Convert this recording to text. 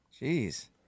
Jeez